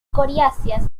coriáceas